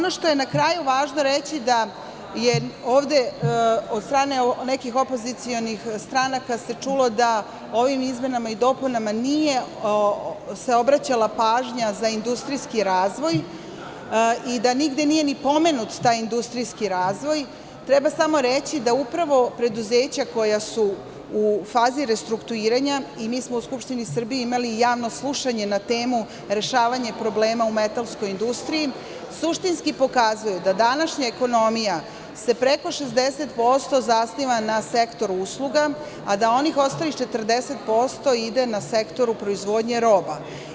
Ono što je na kraju važno reći da se ovde od strane nekih opozicionih stranaka čulo da ovim izmenama i dopunama nije se obraćala pažnja za industrijski razvoj i da nigde nije ni pomenut taj industrijski razvoj, treba samo reći da upravo preduzeća koja su u fazi restrukturiranja i mi smo u Skupštini Srbije imali javno slušanje na temu rešavanje problema u metalskoj industriji, suštinski pokazuju dadanašnja ekonomija se preko 60% zasniva na sektoru usluga, a da onih ostalih 40% ide sektoru proizvodnje roba.